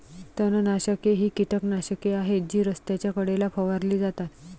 तणनाशके ही कीटकनाशके आहेत जी रस्त्याच्या कडेला फवारली जातात